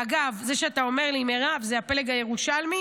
ואגב, זה שאתה אומר לי: מירב, זה הפלג הירושלמי,